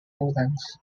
lowlands